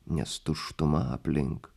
nes tuštuma aplink